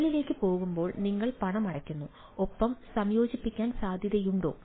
മോഡലിലേക്ക് പോകുമ്പോൾ നിങ്ങൾ പണമടയ്ക്കുന്നു ഒപ്പം സംയോജിപ്പിക്കാൻ സാധ്യതയുണ്ടോ